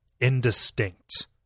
indistinct